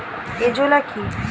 Azolla কি?